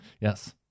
Yes